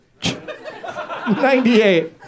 98